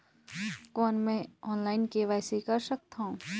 कौन मैं online KYC कर सकथव?